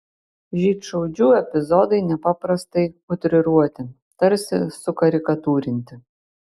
žydšaudžių epizodai nepaprastai utriruoti tarsi sukarikatūrinti